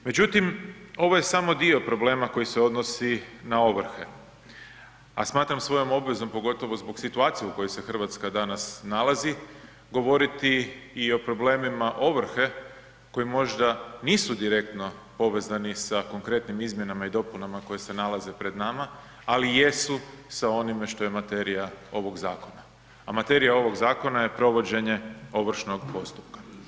Međutim, ovo je samo dio problema koji se odnosi na ovrhe, a smatram svojom obvezom, pogotovo zbog situacije u kojoj se Hrvatska danas nalazi govoriti i o problemima ovrhe koji možda nisu direktno povezani sa konkretnim izmjenama i dopunama koje se nalaze pred nama, ali jesu sa onime što je materija ovog zakona, materija ovog zakona je provođenje ovršnog postupka.